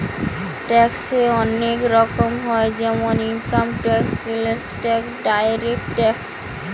ট্যাক্সে অনেক রকম হয় যেমন income tax, sales tax, direct tax